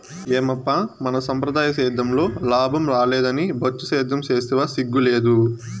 ఏమప్పా మన సంప్రదాయ సేద్యంలో లాభం రాలేదని బొచ్చు సేద్యం సేస్తివా సిగ్గు లేదూ